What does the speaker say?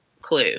clue